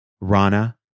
Rana